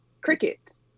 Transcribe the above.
crickets